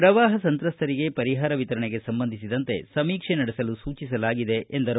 ಪ್ರವಾಹ ಸಂತ್ರಸ್ತರಿಗೆ ಪರಿಹಾರ ವಿತರಣೆಗೆ ಸಂಬಂಧಿಸಿದಂತೆ ಸಮೀಕ್ಷೆ ನಡೆಸಲು ಸೂಚಿಸಲಾಗಿದೆ ಎಂದರು